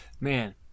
Man